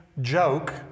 joke